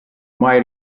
mai